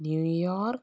New York